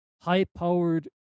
high-powered